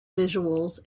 visuals